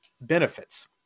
benefits